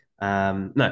No